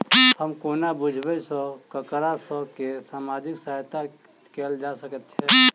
हम कोना बुझबै सँ ककरा सभ केँ सामाजिक सहायता कैल जा सकैत छै?